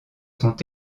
sont